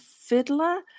Fiddler